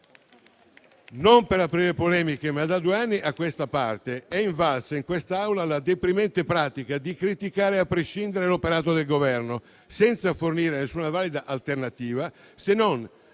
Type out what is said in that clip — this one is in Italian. Non per aprire polemiche, ma da due anni a questa parte è invalsa in quest'Aula la deprimente pratica di criticare a prescindere l'operato del Governo, senza fornire nessuna valida alternativa se non